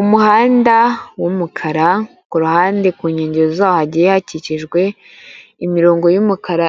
Umuhanda w'umukara, ku ruhande ku nkengero zawo hagiye hakikijwe imirongo y'umukara